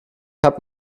hat